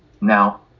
Now